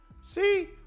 see